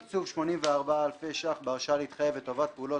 תקצוב 84 אלפי ₪ בהרשאה להתחייב לטובת פעולות